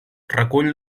recull